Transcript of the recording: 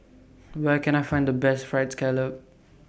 Where Can I Find The Best Fried Scallop